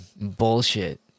Bullshit